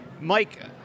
mike